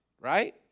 Right